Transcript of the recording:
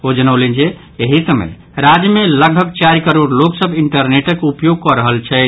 ओ जनौलनि जे एहि समय राज्य मे लगभग चारि करोड़ लोक सभ इंटरनेटक उपयोग कऽ रहल छथि